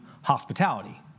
hospitality